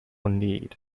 need